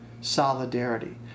Solidarity